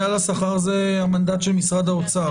על השכר זה המנדט של משרד האוצר.